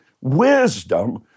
wisdom